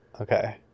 Okay